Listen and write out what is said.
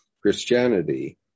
Christianity